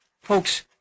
Folks